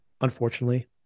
unfortunately